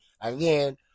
again